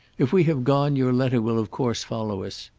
if we have gone your letter will of course follow us.